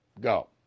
Go